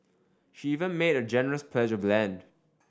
she even made a generous pledge of land